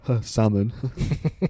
Salmon